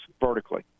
vertically